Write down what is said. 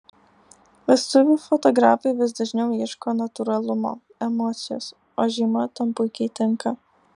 vestuvių fotografai vis dažniau ieško natūralumo emocijos o žiema tam puikiai tinka